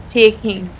taking